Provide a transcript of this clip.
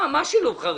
מה שילוב חרדים?